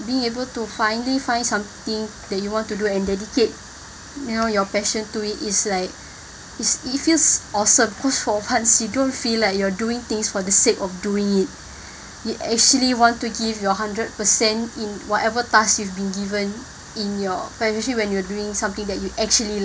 being able to finally find something that you want to do and dedicate you know your passion to it is like is it feels awesome just for once you don't feel like you're doing things for the sake of doing it you actually want to give your hundred percent in whatever task you've been given in your especially when you're doing something that you actually